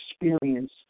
experience